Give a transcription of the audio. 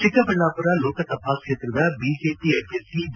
ಚಿಕ್ಕಬಳ್ಳಾಮರ ಲೋಕಸಭಾ ಕ್ಷೇತ್ರದ ಬಿಜೆಪಿ ಅಭ್ಯರ್ಥಿ ಬಿ